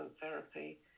therapy